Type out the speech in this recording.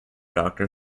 doctor